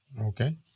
Okay